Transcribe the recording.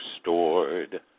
stored